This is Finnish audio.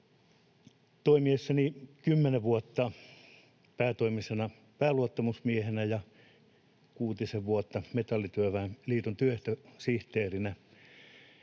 Toimiessani kymmenen vuotta päätoimisena pääluottamusmiehenä ja kuutisen vuotta Metallityöväen Liiton työehtosihteerinä